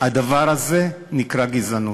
הדבר הזה נקרא גזענות,